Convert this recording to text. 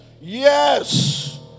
Yes